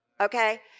Okay